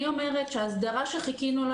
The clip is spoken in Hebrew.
אני אומרת שההסדרה שחיכינו לה